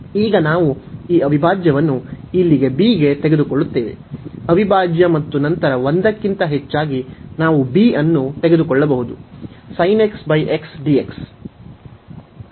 ಈಗ ನಾವು ಈ ಅವಿಭಾಜ್ಯವನ್ನು ಇಲ್ಲಿಗೆ b ಗೆ ತೆಗೆದುಕೊಳ್ಳುತ್ತೇವೆ ಅವಿಭಾಜ್ಯ ಮತ್ತು ನಂತರ ಒಂದಕ್ಕಿಂತ ಹೆಚ್ಚಾಗಿ ನಾವು ಈ b ಅನ್ನು ತೆಗೆದುಕೊಳ್ಳಬಹುದು dx